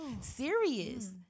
serious